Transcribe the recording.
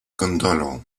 gondolą